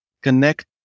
connect